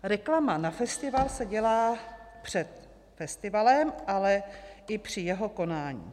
Reklama na festival se dělá před festivalem, ale i při jeho konání.